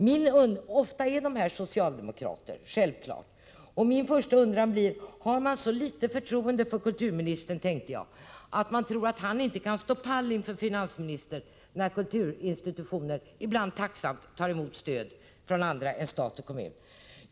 Ofta är de självfallet socialdemokrater. Jag undrar då: Har man så litet förtroende för kulturministern att man tror att han inte kan stå pall inför finansministern, när kulturinstitutioner ibland tacksamt tar emot stöd från andra än stat och kommun.